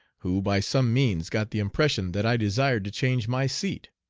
who by some means got the impression that i desired to change my seat.